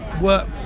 work